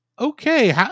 okay